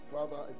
Father